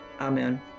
Amen